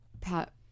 Pat